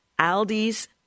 Aldi's